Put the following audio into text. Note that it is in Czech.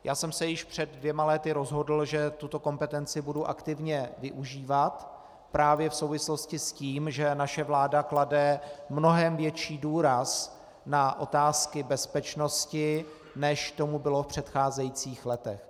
Já jsem se již před dvěma lety rozhodl, že tuto kompetenci budu aktivně využívat právě v souvislosti s tím, že naše vláda klade mnohem větší důraz na otázky bezpečnosti, než tomu bylo v předcházejících letech.